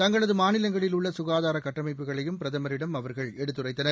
தங்களது மாநிலங்களில் உள்ள சுகாதார கட்டமைப்புகளையும் பிரதமரிடம் அவர்கள் எடுத்துரைத்தனர்